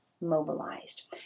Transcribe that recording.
mobilized